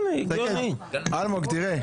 הצבעה אושר.